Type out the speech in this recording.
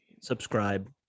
Subscribe